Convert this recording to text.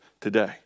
today